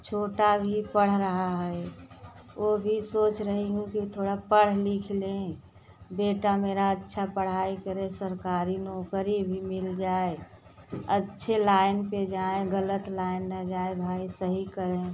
छोटा भी पढ़ रहा है ओ भी सोच रही हूँ कि थोड़ा पढ़ लिख लें बेटा मेरा अच्छा पढ़ाई करे सरकारी नौकरी भी मिल जाए अच्छे लाइन पे जाएँ गलत लाइन ना जाए भाई सही कहें